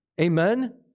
Amen